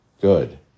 good